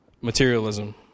materialism